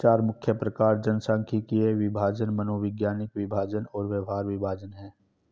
चार मुख्य प्रकार जनसांख्यिकीय विभाजन, मनोवैज्ञानिक विभाजन और व्यवहार विभाजन हैं